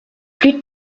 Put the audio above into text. plus